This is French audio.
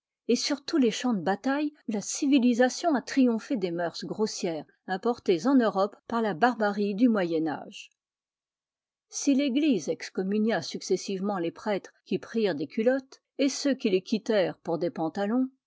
et sur tous les champs de bataille où la civilisation a triomphé des mœurs grossières importées en europe par la barbarie du moyen âge si l'église excommunia successivement les prêtres qui prirent des culottes et ceux qui les quittèrent pour des pantalons